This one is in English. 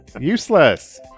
Useless